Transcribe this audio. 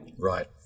Right